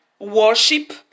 worship